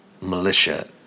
militia